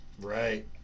right